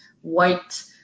white